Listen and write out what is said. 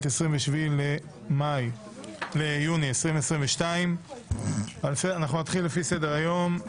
27 ביוני 2022. אנחנו נלך לפי סדר היום.